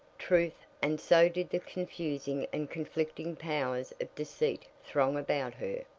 truth, and so did the confusing and conflicting powers of deceit throng about her,